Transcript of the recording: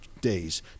days